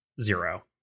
Zero